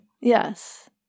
Yes